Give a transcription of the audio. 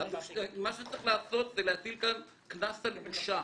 מה שצריך לעשות זה להטיל כאן קנס על בושה.